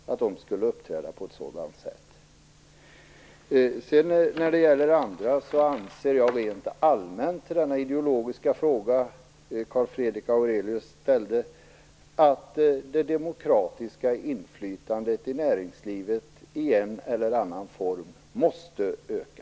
Vad gäller den fråga som Nils Fredrik Aurelius ställde anser jag rent allmänt att det demokratiska inflytandet i näringslivet i en eller annan form måste öka.